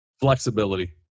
Flexibility